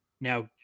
now